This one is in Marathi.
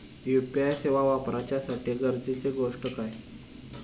यू.पी.आय सेवा वापराच्यासाठी गरजेचे गोष्टी काय?